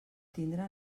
tindre